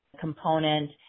component